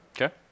Okay